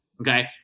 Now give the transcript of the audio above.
okay